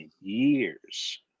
years